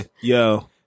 yo